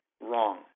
wrong